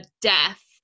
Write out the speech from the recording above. death